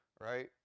right